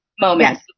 moment